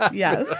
yeah.